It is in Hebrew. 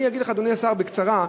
אני אגיד לך, אדוני השר, בקצרה: